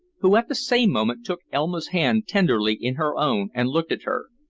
who, at the same moment, took elma's hand tenderly in her own and looked at her.